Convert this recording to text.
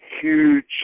huge